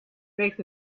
makes